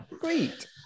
Great